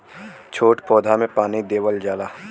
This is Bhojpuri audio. छोट पौधा में पानी देवल जाला